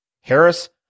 Harris